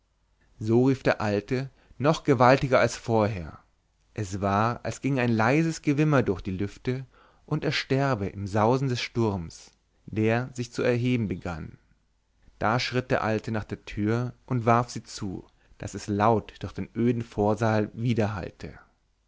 so rief der alte noch gewaltiger als vorher es war als ginge ein leises gewimmer durch die lüfte und ersterbe im sausen des sturms der sich zu erheben begann da schritt der alte nach der tür und warf sie zu daß es laut durch den öden vorsaal